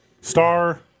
Star